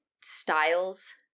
styles